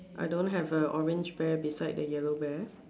I don't have a orange bear beside the yellow bear